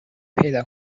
پیدا